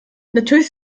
natürlich